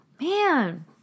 man